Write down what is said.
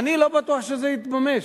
אני לא בטוח שזה יתממש,